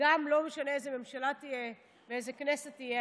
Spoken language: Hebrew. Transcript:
לא משנה איזו ממשלה תהיה ואיזו כנסת תהיה.